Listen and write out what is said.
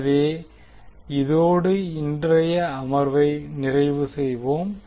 எனவே இதோடு இன்றைய அமர்வை நிறைவுசெய்வோம்